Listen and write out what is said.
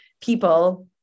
people